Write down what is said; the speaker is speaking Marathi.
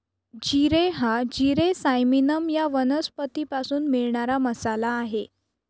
जिरे हा जिरे सायमिनम या वनस्पतीपासून मिळणारा मसाला आहे